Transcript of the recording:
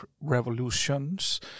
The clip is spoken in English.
Revolutions